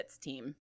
team